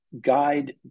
guide